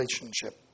relationship